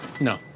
No